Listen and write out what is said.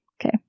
Okay